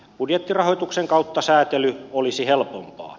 budjettirahoituksen kautta säätely olisi helpompaa